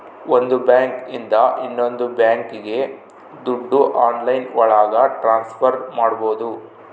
ಒಂದ್ ಬ್ಯಾಂಕ್ ಇಂದ ಇನ್ನೊಂದ್ ಬ್ಯಾಂಕ್ಗೆ ದುಡ್ಡು ಆನ್ಲೈನ್ ಒಳಗ ಟ್ರಾನ್ಸ್ಫರ್ ಮಾಡ್ಬೋದು